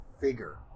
figure